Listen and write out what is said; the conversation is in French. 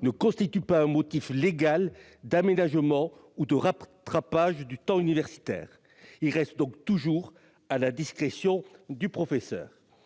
ne constitue pas un motif légal d'aménagement ou de rattrapage du temps universitaire. La décision reste donc toujours à la discrétion du professeur.